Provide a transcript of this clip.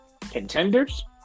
contenders –